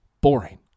boring